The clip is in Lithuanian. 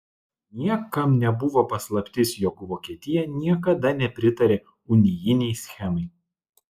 niekam nebuvo paslaptis jog vokietija niekada nepritarė unijinei schemai